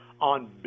on